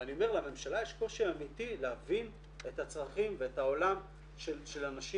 ואני אומר שלממשלה יש קושי אמיתי להבין את הצרכים ואת העולם של הנשים